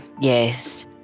Yes